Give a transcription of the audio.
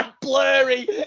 blurry